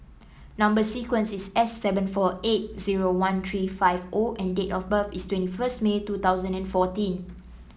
Number sequence is S seven four eight zero one three five O and date of birth is twenty first May two thousand and fourteen